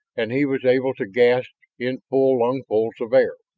and he was able to gasp in full lungfuls of air.